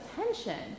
attention